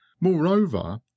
moreover